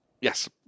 Yes